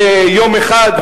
ביום אחד,